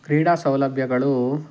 ಕ್ರೀಡಾ ಸೌಲಭ್ಯಗಳು